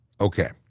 Okay